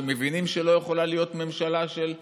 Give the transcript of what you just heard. שמבינים שלא יכולה להיות ממשלה של 36,